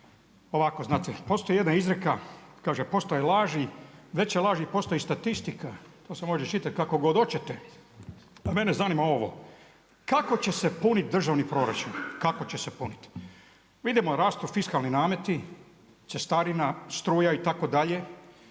Ovako znate, postoji jedna izreka, kaže postoje laži, veće laže postaju statistika. To se može čitati kako god hoćete. Mene zanima ovo, kako će se puniti državni proračun, kako će se punit. Vidimo, rastu fiskalni nameti, cestarina, struja itd. ali